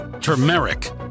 turmeric